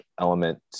element